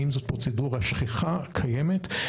האם זו פרוצדורה שכיחה, קיימת?